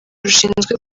rushinzwe